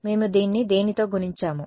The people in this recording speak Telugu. మేము దీన్ని దేనితో గుణించాము